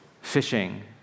fishing